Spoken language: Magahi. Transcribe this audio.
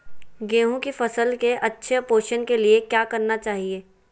गेंहू की फसल के अच्छे पोषण के लिए क्या करना चाहिए?